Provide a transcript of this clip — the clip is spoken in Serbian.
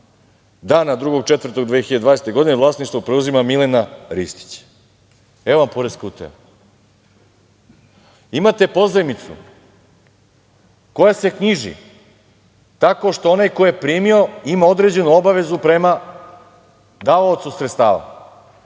dana 2.4.2012. godine, vlasništvo preuzima Milena Ristić. Evo vam poreska utaja. Imate pozajmicu koja se knjiži tako što onaj koji je primio ima određenu obavezu prema davaocu sredstava